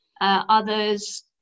Others